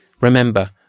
Remember